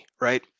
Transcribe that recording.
right